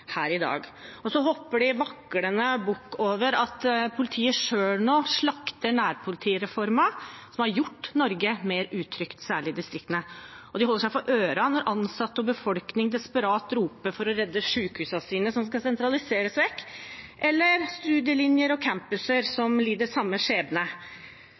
her i dag. Og så hopper de vaklende bukk over at politiet selv nå slakter nærpolitireformen, som har gjort Norge mer utrygt, særlig i distriktene. Og de holder seg for ørene når ansatte og befolkning desperat roper for å redde sykehusene sine, som skal sentraliseres vekk, eller studielinjer og campuser som lider samme skjebne.